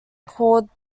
called